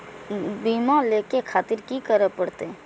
बीमा लेके खातिर की करें परतें?